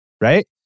right